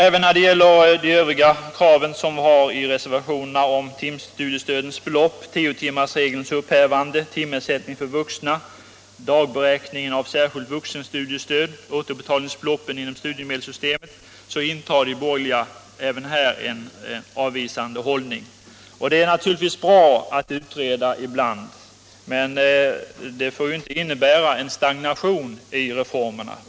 Även när det gäller de övriga krav som vi har i reservationerna — om timstudiestödens belopp, tiotimmarsregelns upphävande, timersättning för vuxna, dagberäkningen av särskilt vuxenstudiestöd, återbetalningsbeloppen inom studiemedelssystemet — intar de borgerliga en avvisande hållning. Det är naturligtvis bra att utreda ibland, men det får inte innebära stagnation i reformerna.